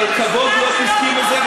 אבל בכבוד לא תזכי מזה,